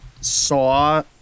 saw